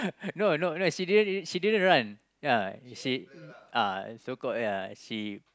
no no she didn't she didn't run ya she ah so called ya she